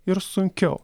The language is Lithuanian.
ir sunkiau